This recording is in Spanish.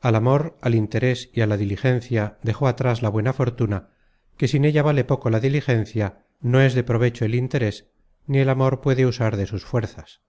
al amor al interes y á la diligencia dejó atras la buena fortuna que sin ella vale poco la diligencia no es de provecho el interes ni el amor puede usar de sus fuerzas